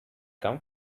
come